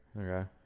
Okay